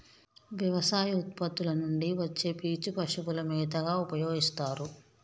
వ్యవసాయ ఉత్పత్తుల నుండి వచ్చే పీచు పశువుల మేతగా ఉపయోస్తారు